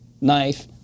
knife